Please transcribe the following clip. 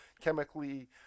chemically